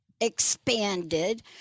expanded